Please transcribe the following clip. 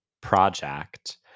project